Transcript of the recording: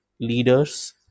leaders